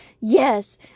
yes